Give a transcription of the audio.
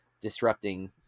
disrupting